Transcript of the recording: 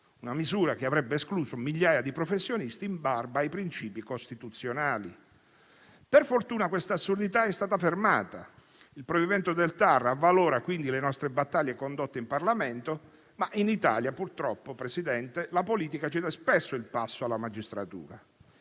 una misura che avrebbe escluso migliaia di professionisti in barba ai principi costituzionali. Per fortuna, questa assurdità è stata fermata: il provvedimento del TAR avvalora quindi le nostre battaglie condotte in Parlamento, ma in Italia purtroppo, Presidente, la politica cede spesso il passo alla magistratura.